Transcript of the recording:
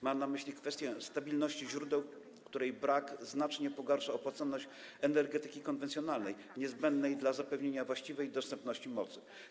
Mam na myśli kwestię stabilności źródeł, której brak znacznie pogarsza opłacalność energetyki konwencjonalnej niezbędnej dla zapewnienia właściwej dostępności mocy.